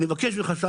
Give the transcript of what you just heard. אני מבקש ממך,